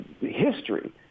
history